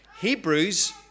Hebrews